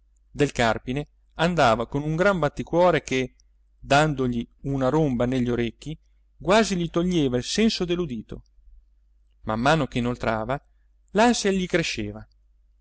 del carpine andava con un gran batticuore che dandogli una romba negli orecchi quasi gli toglieva il senso dell'udito man mano che inoltrava l'ansia gli cresceva